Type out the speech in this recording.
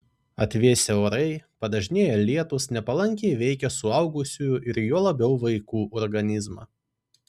atvėsę orai padažnėję lietūs nepalankiai veikia suaugusiųjų ir juo labiau vaikų organizmą